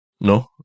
No